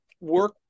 work